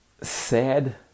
sad